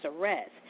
arrest